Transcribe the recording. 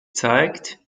zeigt